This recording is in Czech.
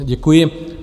Děkuji.